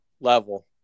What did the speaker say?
level